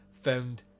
found